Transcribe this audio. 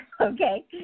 okay